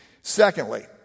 Secondly